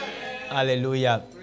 Hallelujah